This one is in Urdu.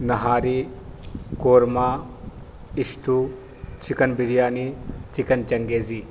nihari korma stew chicken biryani chicken changezi